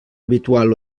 habitual